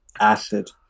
acid